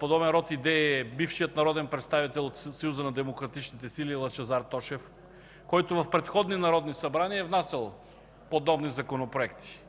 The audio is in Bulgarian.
подобен род идея е бившият народен представител от Съюза на демократичните сили Лъчезар Тошев, който в предходни народни събрания е внасял подобни законопроекти.